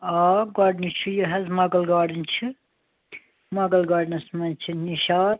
آ گۄڈٕنِچ چھِ یہِ حظ مغل گارڈٕن چھِ مغل گارڈٕنَس منٛز چھِ نِشاط